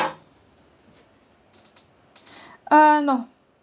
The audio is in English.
uh no